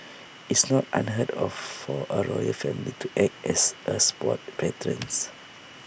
it's not unheard of for A royal family to act as A sports patrons